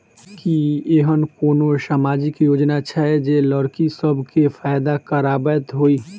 की एहेन कोनो सामाजिक योजना छै जे लड़की सब केँ फैदा कराबैत होइ?